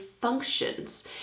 functions